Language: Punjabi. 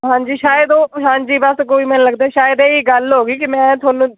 ਹਾਂਜੀ ਸ਼ਾਇਦ ਉਹ ਹਾਂਜੀ ਬਸ ਕੋਈ ਮੈਨੂੰ ਲੱਗਦਾ ਸ਼ਾਇਦ ਇਹ ਗੱਲ ਹੋ ਗਈ ਕਿ ਮੈਂ ਤੁਹਾਨੂੰ